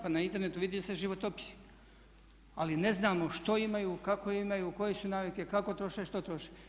Pa na internetu vide se životopisi, ali ne znamo što imaju, kako imaju, koje su navike, kako troše i što troše.